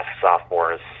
sophomores